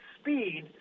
speed